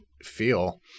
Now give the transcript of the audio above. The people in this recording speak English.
feel